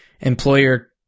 employer